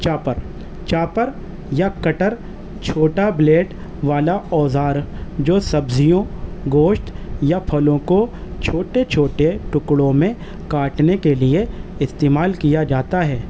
chopper chopper یا cutter چھوٹا blade والا اوزار جو سبزیوں گوشت یا پھلوں کو چھوٹے چھوٹے ٹکڑوں میں کاٹنے کے لیے استعمال کیا جاتا ہے